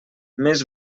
més